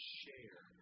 share